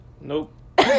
Nope